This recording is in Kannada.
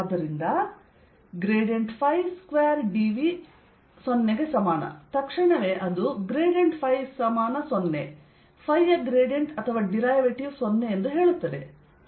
ಆದ್ದರಿಂದ ϕ ಸ್ಥಿರಕ್ಕೆ ಸಮಾನವಾಗಿರುತ್ತದೆ